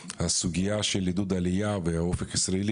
שהסוגייה של עידוד העלייה באופק ישראלי,